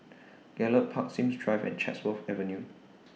Gallop Park Sims Drive and Chatsworth Avenue